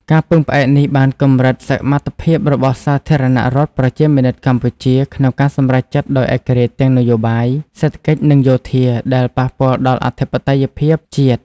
ការពឹងផ្អែកនេះបានកម្រិតសមត្ថភាពរបស់សាធារណរដ្ឋប្រជាមានិតកម្ពុជា ក្នុងការសម្រេចចិត្តដោយឯករាជ្យទាំងនយោបាយ សេដ្ឋកិច្ច និងយោធា ដែលប៉ះពាល់ដល់អធិបតេយ្យភាពជាតិ។